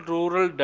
Rural